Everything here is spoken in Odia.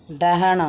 ଡାହାଣ